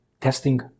testing